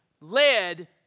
led